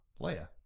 Leia